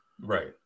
right